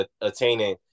attaining